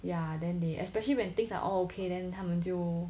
ya then they especially when things are all okay then 他们就